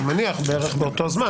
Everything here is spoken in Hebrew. אני מניח בערך באותו זמן